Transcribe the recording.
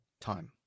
time